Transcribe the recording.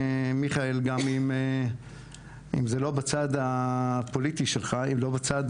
מיכאל, גם אם זה לא בצד הפוליטי שלך, לא בצד